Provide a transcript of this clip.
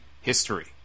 history